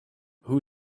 who